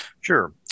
Sure